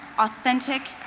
authentic,